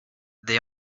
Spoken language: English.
they